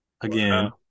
again